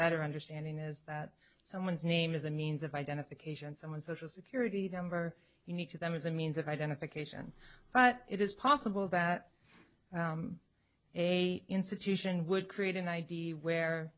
better understanding is that someone's name is a means of identification someone social security number you need to them as a means of identification but it is possible that a institution would create an i d where